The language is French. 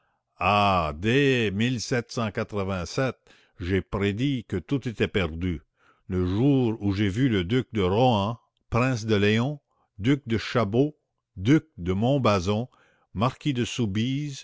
ah dès j'ai prédit que tout était perdu le jour où j'ai vu le duc de rohan prince de léon duc de chabot duc de montbazon marquis de soubise